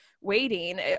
waiting